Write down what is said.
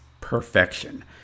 perfection